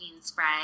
spray